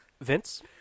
Vince